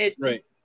right